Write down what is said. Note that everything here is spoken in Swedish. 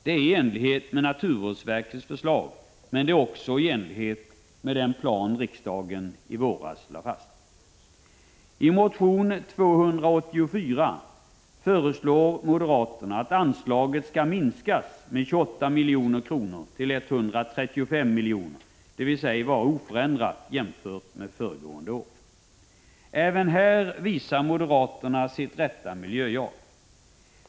Det är i enlighet med naturvårdsverkets förslag, men det är också i enlighet med den plan riksdagen i våras lade fast. Även här visar moderaterna sitt rätta miljö-jag.